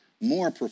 more